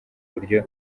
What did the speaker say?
buryo